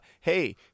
Hey